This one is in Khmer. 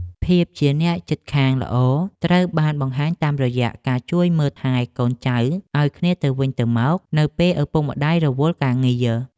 ភាពជាអ្នកជិតខាងល្អត្រូវបានបង្ហាញតាមរយៈការជួយមើលថែកូនចៅឱ្យគ្នាទៅវិញទៅមកនៅពេលឪពុកម្ដាយរវល់ការងារ។